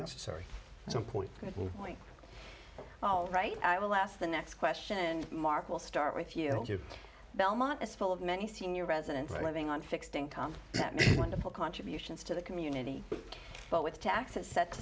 necessary some point it will point all right i will ask the next question mark we'll start with you belmont is full of many senior residents are living on fixed income wonderful contributions to the community but with taxes set